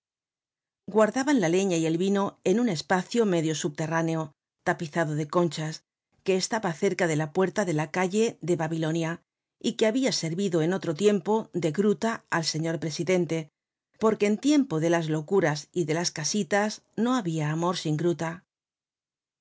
boulevard guardabanla leña y el vino en un espacio medio subterráneo tapizado de conchas que estaba cerca de la puerta de la calle de babilonia y que habia servido en otro tiempo de gruta al señor presidente porque en tiempo de las locuras y de las casitas no habia amor sin gruta